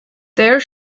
there